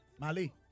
Mali